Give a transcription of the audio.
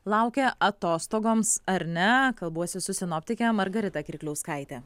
laukia atostogoms ar ne kalbuosi su sinoptike margarita kirkliauskaite